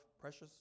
precious